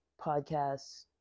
podcasts